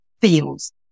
feels